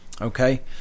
okay